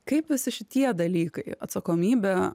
kaip visi šitie dalykai atsakomybė